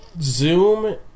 Zoom